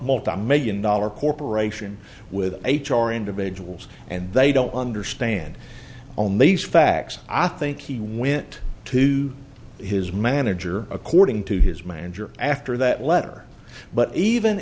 multimillion dollar corporation with h r individuals and they don't understand on these facts i think he went to his manager according to his manager after that letter but even